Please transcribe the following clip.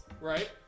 right